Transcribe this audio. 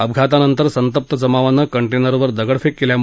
अपघातानंतर संतप्त जमावानं कंटनेरवर दगडफेक केल्यामुळे